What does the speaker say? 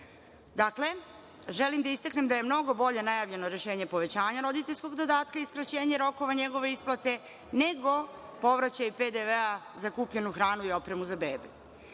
želim da istaknem da je mnogo bolje najavljeno rešenje povećanja roditeljskog dodatka i skraćenje rokova njegove isplate, nego povraćaj PDV za kupljenu hranu i opremu za